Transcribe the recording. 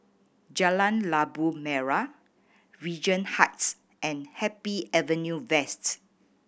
Jalan Labu Merah Regent Heights and Happy Avenue West